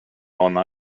ona